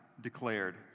declared